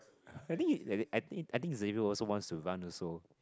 I think he I think I think Xavier also wants to run also